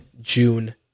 June